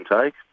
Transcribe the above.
take